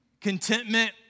Contentment